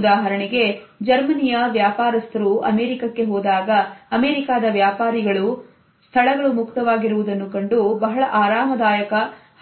ಉದಾಹರಣೆಗೆ ಜರ್ಮನಿಯ ವ್ಯಾಪಾರಸ್ಥರು ಅಮೆರಿಕಕ್ಕೆ ಹೋದಾಗ ಅಮೆರಿಕಾದ ವ್ಯಾಪಾರಿ ಸ್ಥಳಗಳು ಮುಕ್ತವಾಗಿರುವುದನ್ನು ಕಂಡು ಬಹಳ ಆರಾಮದಾಯಕ